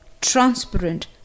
transparent